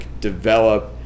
develop